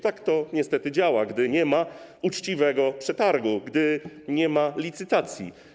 Tak to niestety działa, gdy nie ma uczciwego przetargu, gdy nie ma licytacji.